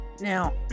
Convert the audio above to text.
Now